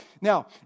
Now